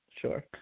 Sure